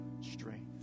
strength